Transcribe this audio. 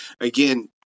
again